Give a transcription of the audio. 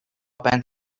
بند